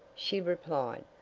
she replied.